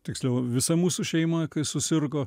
tiksliau visa mūsų šeima kai susirgo